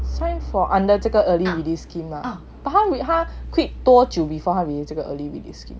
sign for 这个 early release scheme ah but 他 quit 多久 before 这个 early release scheme